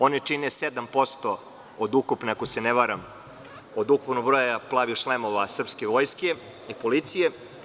One čine 7%, ako se ne varam, od ukupnog broja „plavih šlemova“ srpske vojske i policije.